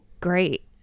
great